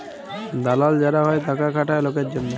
দালাল যারা হ্যয় টাকা খাটায় লকের জনহে